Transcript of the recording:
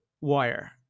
wire